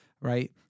right